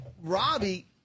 Robbie